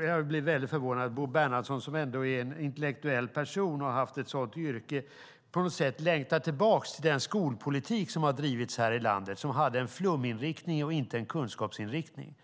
Jag blir väldigt förvånad över att Bo Bernhardsson, som ändå är en intellektuell person och har haft ett sådant yrke, på något sätt längtar tillbaka till den skolpolitik som har drivits här i landet och som hade en fluminriktning och inte en kunskapsinriktning.